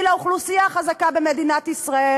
כי לאוכלוסייה החזקה במדינת ישראל,